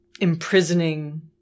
imprisoning